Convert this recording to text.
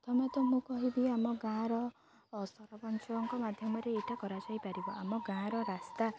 ପ୍ରଥମେ ତ ମୁଁ କହିବି ଆମ ଗାଁର ସରପଞ୍ଚଙ୍କ ମାଧ୍ୟମରେ ଏଇଟା କରାଯାଇପାରିବ ଆମ ଗାଁର ରାସ୍ତା